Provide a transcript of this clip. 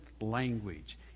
language